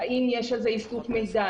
האם יש על זה איסוף מידע?